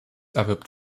erwirbt